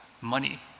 money